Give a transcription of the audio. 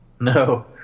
No